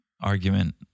argument